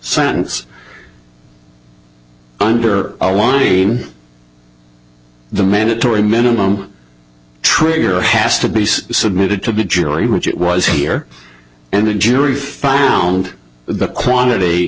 sentence under a law the mandatory minimum trigger has to be submitted to the jury which it was here and the jury found the quantity